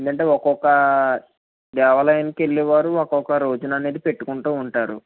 ఏందంటే ఒక్కొక్క దేవాలయానికి వెళ్ళే వారు ఒక్కొక్క రోజున అనేది పెట్టుకుంటూ ఉంటారు